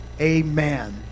amen